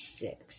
six